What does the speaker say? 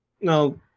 No